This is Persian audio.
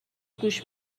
گوش